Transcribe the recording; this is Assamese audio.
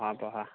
পঢ়া পঢ়া